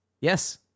Yes